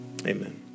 amen